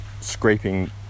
scraping